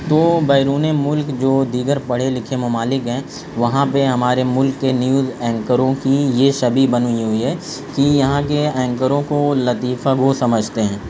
تو بیرون ملک جو دیگر پڑھے لکھے ممالک ہیں وہاں پہ ہمارے ملک کے نیوز اینکروں کی یہ شبیہ بن ہوئی ہوئی ہے کہ یہاں کے اینکروں کو لطیفہ گو سمجھتے ہیں